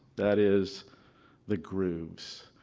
that is the grooves.